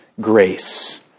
grace